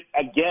again